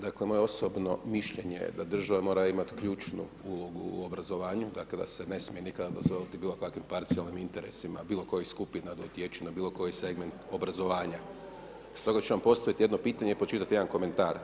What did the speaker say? Dakle, moje osobno mišljenje je da država mora imati ključnu ulogu u obrazovanju, dakle da se ne smije nikad dozvoliti bilo kakvim parcijalnim interesima, bilo kojih skupina, da utječu na bilo koji segment obrazovanja, stoga ću vam postaviti jedno pitanje i pročitati jedan komentar.